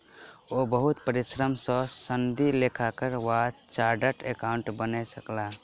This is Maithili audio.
ओ बहुत परिश्रम सॅ सनदी लेखाकार वा चार्टर्ड अकाउंटेंट बनि सकला